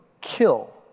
kill